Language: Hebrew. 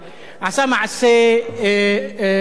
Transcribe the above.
נבזי,